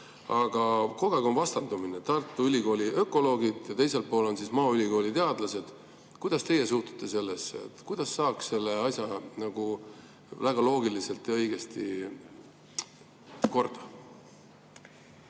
Aga kogu aeg on vastandumine: [ühel pool on] Tartu Ülikooli ökoloogid ja teisel pool on maaülikooli teadlased. Kuidas teie suhtute sellesse, kuidas saaks selle asja väga loogiliselt ja õigesti korda?